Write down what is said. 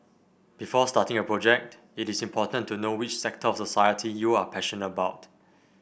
before starting a project it is important to know which sector of society you are passionate about